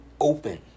open